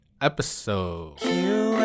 episode